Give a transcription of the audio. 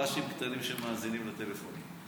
חפ"שים קטנים שמאזינים לטלפון,